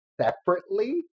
separately